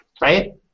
right